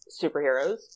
superheroes